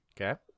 Okay